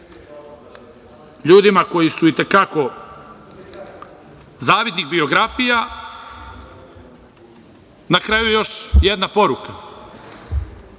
ljudima koji su i te kako zavidnih biografija. Na kraju, još jedna poruka